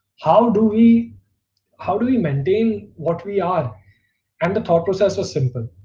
how do we how do we maintain what we are and the thought process was simple,